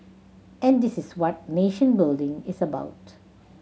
and this is what nation building is about